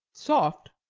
soft,